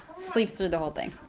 sleeps through the whole thing.